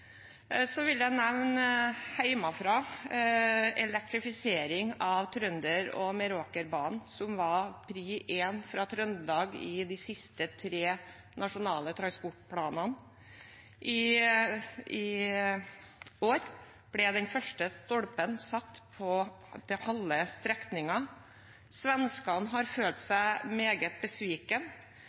vil jeg nevne elektrifisering av Trønder- og Meråkerbanen, som var pri én fra Trøndelag i de tre seneste nasjonale transportplanene. I år ble den første stolpen satt på halve strekningen. Svenskene har følt seg meget